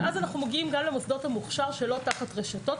ואז אנחנו מגיעים גם למוסדות המוכש"ר שלא תחת רשתות.